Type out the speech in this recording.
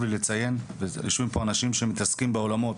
יושבים פה אנשים שמתעסקים בעולמות